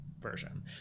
version